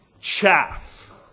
chaff